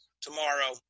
tomorrow